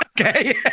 Okay